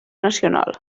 nacional